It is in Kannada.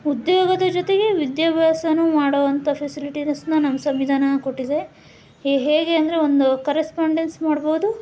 ಉದ್ಯೋಗದ ಜೊತೆಗೆ ವಿದ್ಯಾಭ್ಯಾಸನೂ ಮಾಡುವಂಥ ಫೆಸಿಲಿಟೀಸನ್ನ ನಮ್ಮ ಸಂವಿಧಾನ ಕೊಟ್ಟಿದೆ ಹೇಗೆ ಅಂದರೆ ಒಂದು ಕರೆಸ್ಪಾಂಡೆನ್ಸ್ ಮಾಡ್ಬೋದು